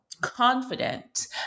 confident